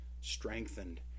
strengthened